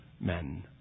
men